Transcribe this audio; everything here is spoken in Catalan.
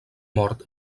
mort